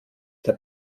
der